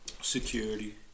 security